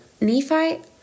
Nephi